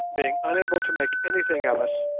being unable to make anything of us,